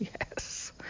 yes